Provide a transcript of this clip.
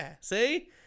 See